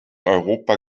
europa